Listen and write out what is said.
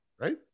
right